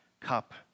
cup